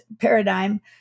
paradigm